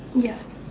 ya